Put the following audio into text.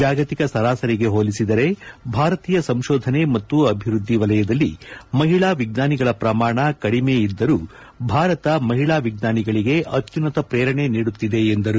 ಜಾಗತಿಕ ಸರಾಸರಿಗೆ ಹೋಲಿಸಿದರೆ ಭಾರತೀಯ ಸಂಶೋದನೆ ಮತ್ತು ಅಭಿವ್ಯದ್ದಿ ವಲಯದಲ್ಲಿ ಮಹಿಳಾ ವಿಜ್ಞಾನಿಗಳ ಪ್ರಮಾಣ ಕಡಿಮೆ ಇದ್ಲರೂ ಭಾರತ ಮಹಿಳಾ ವಿಜ್ಞಾನಿಗಳಿಗೆ ಅತ್ಲುನ್ನತ ಪ್ರೇರಣೆ ನೀಡುತ್ತಿದೆ ಎಂದರು